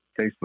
Facebook